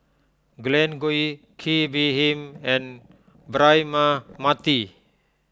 Glen Goei Kee Bee Khim and Braema Mathi